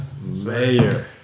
Mayor